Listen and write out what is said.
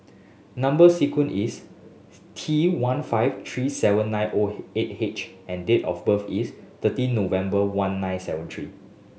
number sequence is T one five three seven nine O eight H and date of birth is thirty November one nine seven three